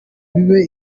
bibe